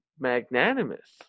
magnanimous